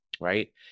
right